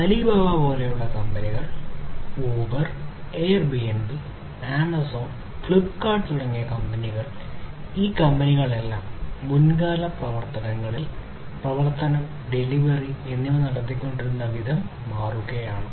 Alibaba പോലുള്ള കമ്പനികൾ Uber Airbnb Amazon Flipkart തുടങ്ങിയ കമ്പനികൾ ഈ കമ്പനികളെല്ലാം മുൻകാലങ്ങളിൽ പ്രവർത്തനം ഡെലിവറി എന്നിവ നടത്തിക്കൊണ്ടിരുന്ന വിധം മാറ്റുകയാണ്